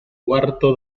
cuarto